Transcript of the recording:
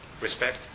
Respect